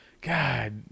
God